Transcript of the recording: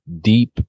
deep